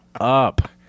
up